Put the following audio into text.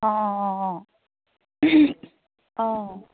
অ অ অ অ